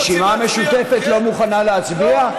הרשימה המשותפת לא מוכנה להצביע?